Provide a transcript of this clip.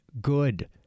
good